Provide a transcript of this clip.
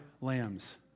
lambs